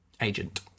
Agent